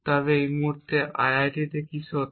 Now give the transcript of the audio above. তবে এই মুহূর্তে আইআইটি তে কী সত্য